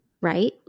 right